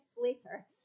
later